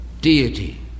deity